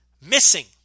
missing